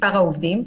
מספר העובדים,